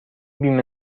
بیمه